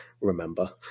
remember